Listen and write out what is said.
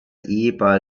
ehepaar